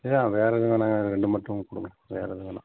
இதுதான் வேறு எதுவும் வேணாங்க ரெண்டு மட்டும் கொடுங்க வேறு எது வேணாம்